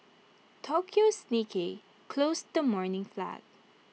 Tokyo's Nikkei closed the morning flat